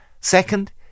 Second